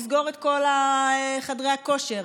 לסגור את כל חדרי הכושר,